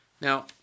Now